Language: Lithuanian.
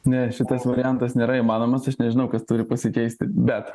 ne šitas variantas nėra įmanomas aš nežinau kas turi pasikeisti bet